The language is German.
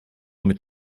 mit